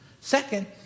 Second